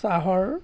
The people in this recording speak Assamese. চাহৰ